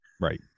Right